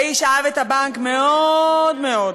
והאיש אהב את הבנק מאוד מאוד.